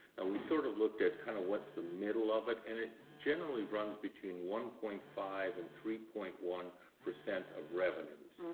and we sort of looked at kind of what's the middle of it and it generally runs between one point five and three point one percent of revenues.